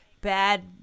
bad